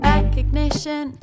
Recognition